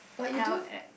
now add